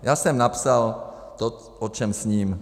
Já jsem napsal to, o čem sním.